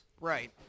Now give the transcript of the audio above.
Right